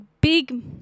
big